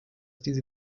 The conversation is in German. diese